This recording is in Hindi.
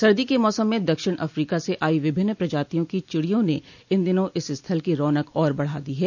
सर्दी के मौसम में दक्षिण अफ्रीका से आई विभिन्न प्रजातियों की चिड़ियों ने इन दिनों इस स्थल की रौनक और बढ़ा दी है